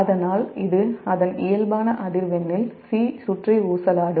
அதனால் இது அதன் இயல்பான அதிர்வெண்ணில் 'C' சுற்றி ஊசலாடும்